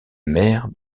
mère